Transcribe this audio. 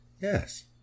Yes